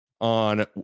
on